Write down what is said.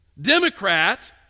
Democrat